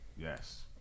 Yes